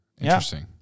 Interesting